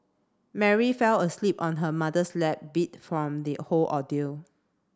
Mary fell asleep on her mother's lap beat from the whole ordeal